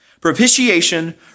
propitiation